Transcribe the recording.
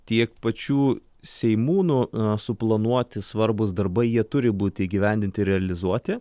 tiek pačių seimūnų suplanuoti svarbūs darbai jie turi būti įgyvendinti realizuoti